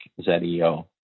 ZEO